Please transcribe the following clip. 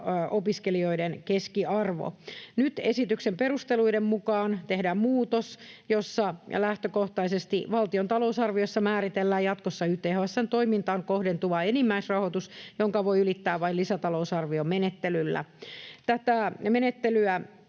opiskelijoiden keskiarvo. Nyt esityksen perusteluiden mukaan tehdään muutos, jossa lähtökohtaisesti valtion talousarviossa määritellään jatkossa YTHS:n toimintaan kohdentuva enimmäisrahoitus, jonka voi ylittää vain lisätalousarviomenettelyllä. Tätä menettelyä